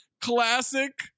Classic